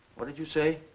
what did you say?